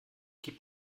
gib